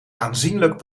aanzienlijk